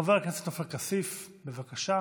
חבר הכנסת עופר כסיף, בבקשה,